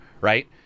right